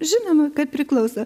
žinoma kad priklauso